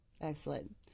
excellent